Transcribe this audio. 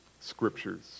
scriptures